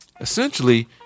essentially